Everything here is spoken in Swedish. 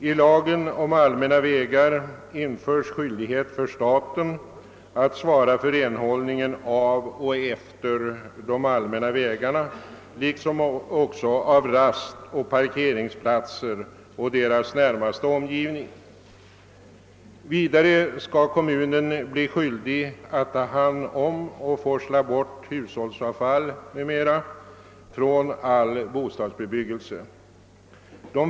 I lagen om allmänna vägar införes skyldighet för staten att svara för renhållningen. av och utefter de allmänna vägarna, liksom också av rastoch parkeringsplatser och deras närmaste omgivning. Vidare skall kommunen bli skyldig ätt ta hand om och forsla bort hushålls 'avfall m..m. från all bostadsbebyggelse.